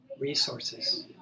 resources